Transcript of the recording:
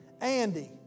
Andy